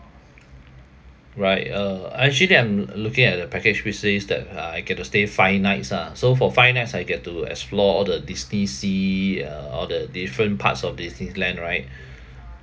right uh I actually th~ I'm looking at the package which says that uh I get to stay five nights ah so for five nights I get to explore all the disneysea uh all the different parts of disneyland right